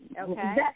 okay